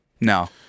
No